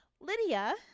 Lydia